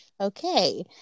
okay